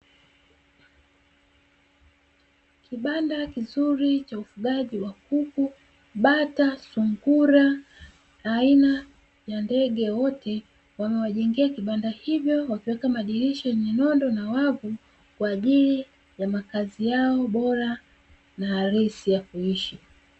Kibanda kizuri cha ufugaji wa kuku, bata, sungura, aina ya ndege wote, wamewajengea vibanda hivyo wakiweka madirisha yenye nondo na wavu kwa ajili ya makazi yao bora na halisi ya kuishi.